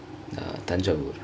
tanjore